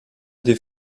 des